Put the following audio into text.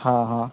हाँ हाँ